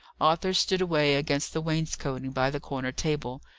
arthur stood away against the wainscoting by the corner table,